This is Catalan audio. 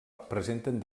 presenten